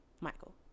Michael